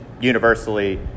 universally